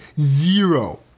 zero